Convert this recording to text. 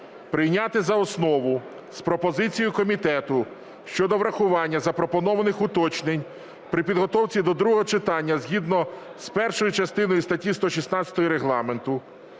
прийняти за основу з пропозицією комітету щодо врахування запропонованих уточнень при підготовці до другого читання згідно з першою частиною статті 116 Регламенту